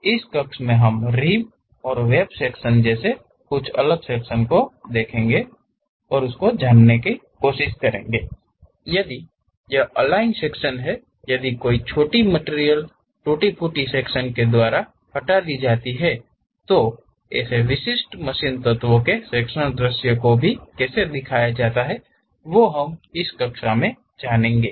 इस कक्षा में हम रिब और वेब सेक्शन को कैसे दिखते उसके तरीके के बारे में जानेंगे यदि अलाइन सेक्शन हैं यदि कोई छोटी मटिरियल टूटी फूटी सेक्शन के द्वारा हटा दी जाती है तो ऐसे विशिष्ट मशीन तत्वों के सेक्शनल दृश्य को कैसे दिखया जाता हैं वह हम इस कक्षा मे जानेंगे